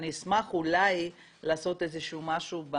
אנחנו נשמח אולי לעשות איזה שהוא משהו,